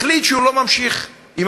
החליט שהוא לא ממשיך בפרויקט.